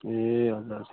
ए हजुर हजुर